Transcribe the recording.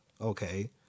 Okay